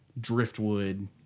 driftwood